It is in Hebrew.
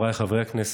חבריי חברי הכנסת,